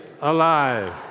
alive